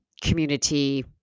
community